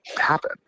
happen